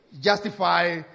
justify